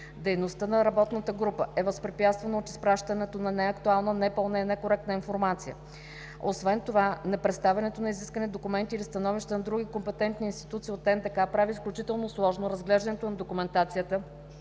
Междуведомствената работна група е възпрепятствана от изпращането на неактуална, непълна и некоректна информация. Освен това непредоставянето на изискани документи или становища на други компетентни институции от НДК прави изключително сложно разглеждането на документацията